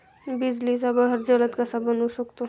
बिजलीचा बहर जलद कसा बनवू शकतो?